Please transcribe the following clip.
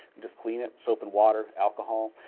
just clean it, soap and water, alcohol,